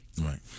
right